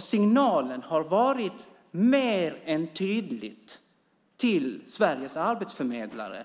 Signalen har varit mer än tydlig till Sveriges arbetsförmedlare.